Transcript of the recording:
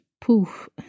poof